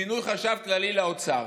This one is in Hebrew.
מינוי חשב כללי לאוצר,